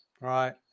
Right